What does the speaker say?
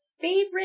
favorite